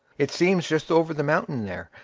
it seems just over the mountain there.